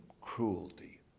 cruelty